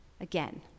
Again